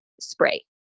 spray